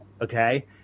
Okay